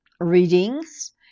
readings